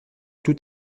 tout